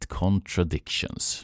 contradictions